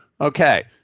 okay